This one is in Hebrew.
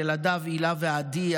ילדיו הילה ועדי,